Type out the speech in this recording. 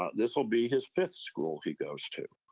ah this will be his fifth school he goes to